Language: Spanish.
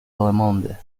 monde